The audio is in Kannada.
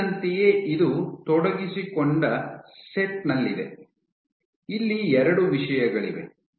ಮೊದಲಿನಂತೆಯೇ ಇದು ತೊಡಗಿಸಿಕೊಂಡ ಸೆಟ್ನಲ್ಲಿದೆ ಇಲ್ಲಿ ಎರಡು ವಿಷಯಗಳಿವೆ